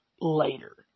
later